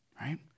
right